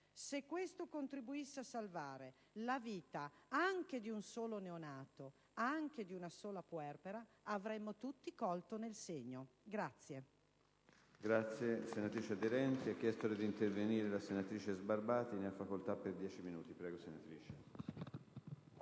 Se questo contribuisse a salvare la vita anche di un solo neonato, anche di una sola puerpera, avremmo tutti colto nel segno.